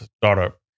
startup